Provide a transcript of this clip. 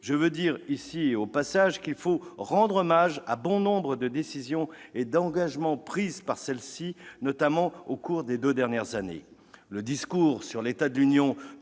je veux dire ici qu'il faut néanmoins rendre hommage à bon nombre de décisions et d'engagements pris par cette dernière, notamment au cours des deux dernières années. Le discours sur l'état de l'Union